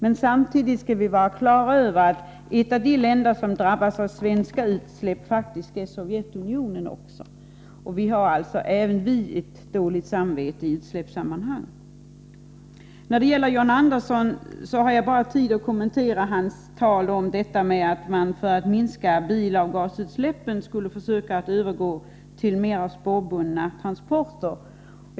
Men samtidigt skall vi vara på det klara med att ett av de länder som drabbas av svenska utsläpp faktiskt är Sovjetunionen. Vi har alltså även vi ett dåligt samvete i utsläppssammanhang. När det gäller John Andersson har jag bara tid att kommentera hans tal om att man för att minska bilavgasutsläppen skulle försöka att i större utsträckning övergå till spårbundna transporter.